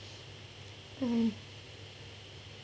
mmhmm